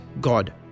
God